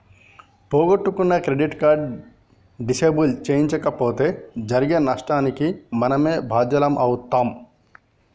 పోగొట్టుకున్న credit card disable చేయించకపోతే జరిగే నష్టానికి మనమే బాధ్యులమవుతం